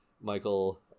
michael